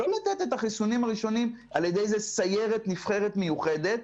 לא לתת את החיסונים הראשונים על ידי סיירת נבחרת מיוחדת,